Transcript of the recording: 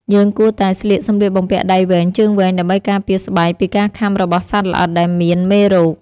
យើងគួរតែស្លៀកសម្លៀកបំពាក់ដៃវែងជើងវែងដើម្បីការពារស្បែកពីការខាំរបស់សត្វល្អិតដែលមានមេរោគ។